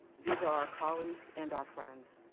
these are our colleagues and our friends.